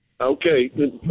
Okay